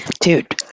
Dude